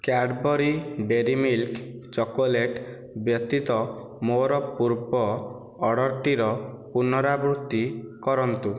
Cadbury Dairy Milk chocolate ବ୍ୟତୀତ ମୋର ପୂର୍ବ ଅର୍ଡ଼ର୍ଟିର ପୁନରାବୃତ୍ତି କରନ୍ତୁ